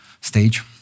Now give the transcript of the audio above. stage